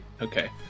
Okay